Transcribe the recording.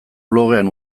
blogean